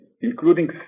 including